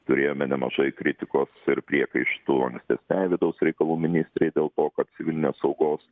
turėjome nemažai kritikos ir priekaištų ankstesnei vidaus reikalų ministrei dėl to kad civilinės saugos